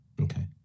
Okay